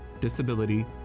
disability